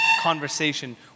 conversation